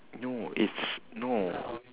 no it's no